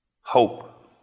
Hope